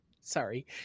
Sorry